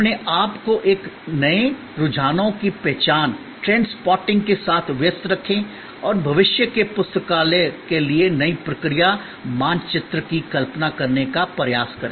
अपने आप को नए रुझानों की पहचान ट्रेंड स्पॉटिंग के साथ व्यस्त रखें और भविष्य के पुस्तकालय के लिए नई प्रक्रिया मानचित्र की कल्पना करने का प्रयास करें